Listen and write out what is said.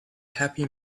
happy